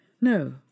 No